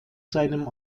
seinem